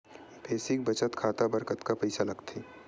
Basic बचत खाता बर कतका पईसा लगथे?